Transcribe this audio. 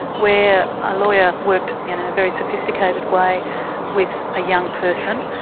where a lawyer worked and in a very sophisticated way with a young person,